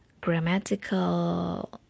grammatical